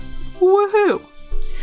Woohoo